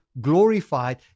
glorified